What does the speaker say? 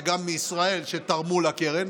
וגם מישראל תרמו לקרן.